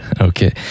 Okay